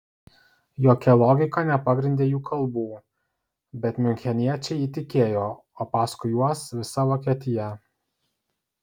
jokia logika nepagrindė jų kalbų bet miuncheniečiai įtikėjo o paskui juos visa vokietija